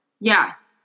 Yes